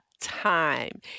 time